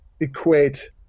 equate